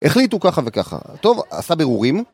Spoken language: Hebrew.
החליטו ככה וככה. טוב, עשה ברורים.